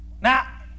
Now